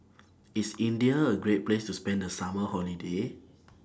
IS India A Great Place to spend The Summer Holiday